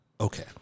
Okay